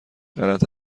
غلط